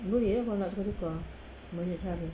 boleh lah kalau nak tukar-tukar banyak cara